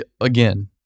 again